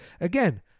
again